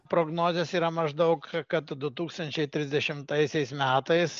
prognozės yra maždaug kad du tūkstančiai trisdešimtaisiais metais